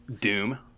Doom